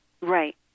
Right